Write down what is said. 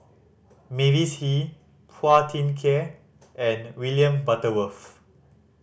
Mavis Hee Phua Thin Kiay and William Butterworth